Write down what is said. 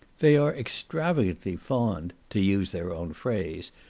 they are extravagantly fond, to use their own phrase,